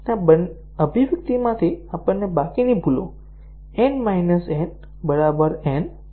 અને આ અભિવ્યક્તિમાંથી આપણને બાકીની ભૂલો N n n s મળે છે